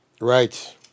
Right